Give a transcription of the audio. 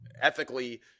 ethically